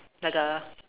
那个